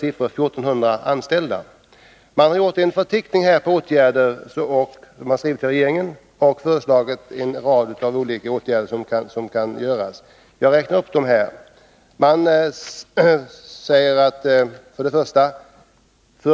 I runt tal 1400 anställda berörs.